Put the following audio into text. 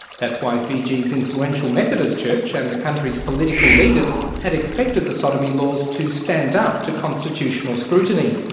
that's why fiji's influential methodist church and the country's political leaders had expected the sodomy laws to stand up to constitutional scrutiny.